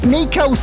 Nico